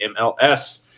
mls